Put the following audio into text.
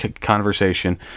conversation